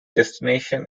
destination